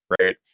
Right